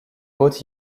hautes